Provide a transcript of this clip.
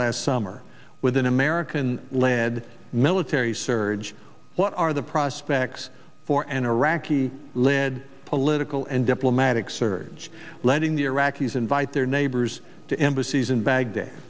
last summer with an american led military surge what are the prospects for an iraqi led political and diplomatic surge letting the iraqis invite their neighbors to embassies in baghdad